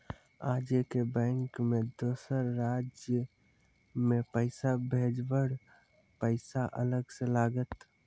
आजे के बैंक मे दोसर राज्य मे पैसा भेजबऽ पैसा अलग से लागत?